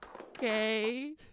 Okay